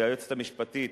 ליועצת המשפטית,